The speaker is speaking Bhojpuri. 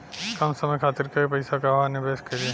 कम समय खातिर के पैसा कहवा निवेश करि?